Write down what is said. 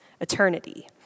eternity